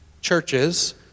churches